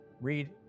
read